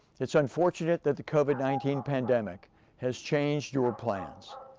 it's unfortunate that the covid nineteen pandemic has changed your plans,